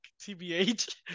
TBH